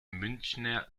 münchner